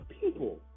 people